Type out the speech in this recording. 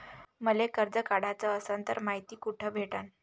मले कर्ज काढाच असनं तर मायती कुठ भेटनं?